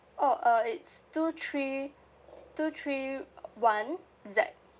orh uh it's two three two three one Z